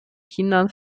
kinder